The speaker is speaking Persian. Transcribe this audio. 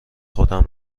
خودم